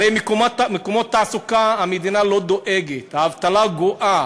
הרי למקומות תעסוקה המדינה לא דואגת, האבטלה גואה.